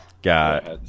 Got